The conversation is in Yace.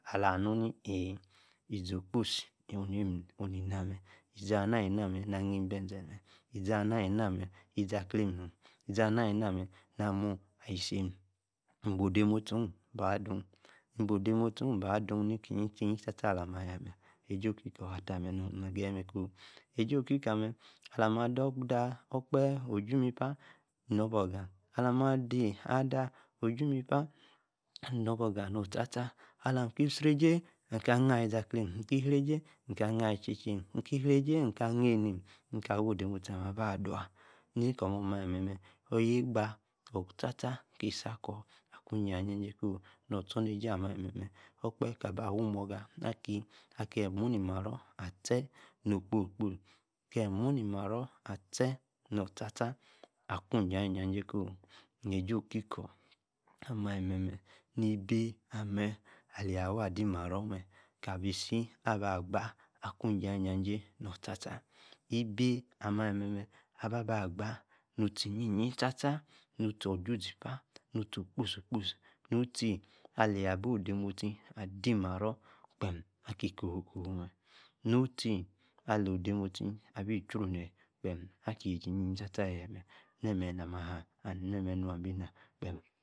Izi-okpasi, izi-annaa alinaamee naa-anim-bi eze-annag mee-izi anaa alinamec, 1zaklam-nom zi-anaa alinauske, nan amu ayisimm, bi-ode- Mosti-Oh ban doo, ibi- Odemosti baa do ikiy-likingi waa, esi okikor asamee, eji Okikor asamee eji onika amee okpahe ojumipa-inobegaa alamí-daa-ada Ojumipa nobe-ugaa no-Otaa-taa, alámitee riji- Maa, naa-alim ziclean, ikim reji ikim anim ene, mee reji maa nim alichichim, oro kii akwa ijajay koh, ni-bi amee-alimee neyi awaa adi marro-mee eyi kaa agba akwa ijajay ijajay, notaa-taa- ebi amee- alice taa aba-baa baa, nutee- Iyeeteetea niyi-ojuzi pa, nutee okposi-kposi, nutee aleyi abi odeností adimarro gbem, aki-kohuu mee, nútee, alagi-truu neyi kpem aki-yeji